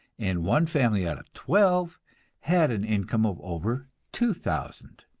and one family out of twelve had an income of over two thousand